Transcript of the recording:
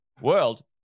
world